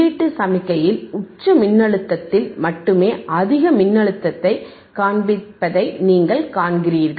உள்ளீட்டு சமிக்ஞையில் உச்ச மின்னழுத்தத்தில் மட்டுமே அதிக மின்னழுத்தத்தைக் காண்பிப்பதை நீங்கள் காண்கிறீர்கள்